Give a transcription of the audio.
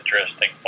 interesting